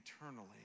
eternally